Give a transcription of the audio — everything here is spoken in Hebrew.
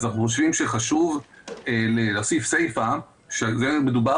אז אנחנו חושבים שחשוב להוסיף סיפא שזה מדובר